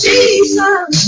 Jesus